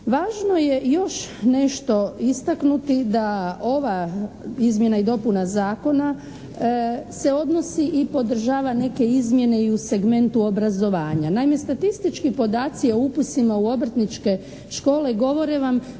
Važno je još nešto istaknuti da ova izmjena i dopuna zakona se odnosi i podržava neke izmjene i u segmentu obrazovanja. Naime statistički podaci o upisima u obrtničke škole govore vam